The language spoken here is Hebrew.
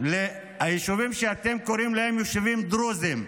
היישובים שאתם קוראים להם יישובים דרוזיים.